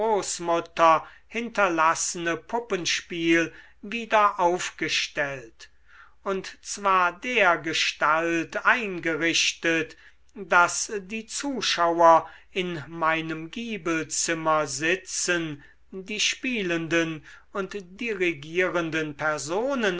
hinterlassene puppenspiel wieder aufgestellt und zwar dergestalt eingerichtet daß die zuschauer in meinem giebelzimmer sitzen die spielenden und dirigierenden personen